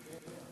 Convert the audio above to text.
כן?